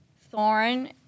thorn